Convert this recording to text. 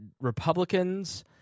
Republicans